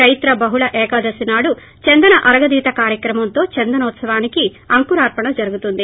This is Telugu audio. చైత్ర బహుళ ఏకాదశి నాడు చందనం అరగదీత కార్యక్రమంతో చందనోత్సవానికి అంకురార్పణ జరుగుతుంది